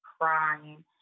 crying